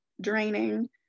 draining